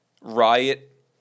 Riot